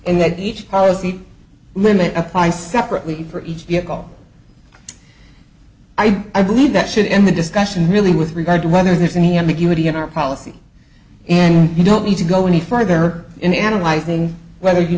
and that each policy limit applies separately for each vehicle i mean i believe that should end the discussion really with regard to whether there's any ambiguity in our policy and you don't need to go any further in analyzing whether you